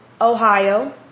Ohio